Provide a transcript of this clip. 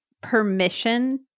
permission